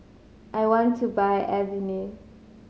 I want to buy Avene